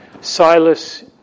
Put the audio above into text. Silas